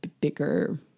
bigger